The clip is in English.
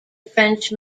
french